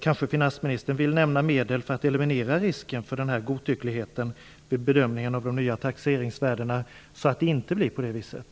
Kanske vill finansministern nämna några medel för att eliminera risken för denna godtycklighet vid bedömningen av de nya taxeringsvärdena, så att det inte blir på det viset?